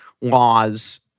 laws